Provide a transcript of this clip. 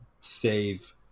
save